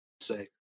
say